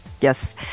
yes